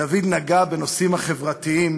דוד נגע בנושאים החברתיים,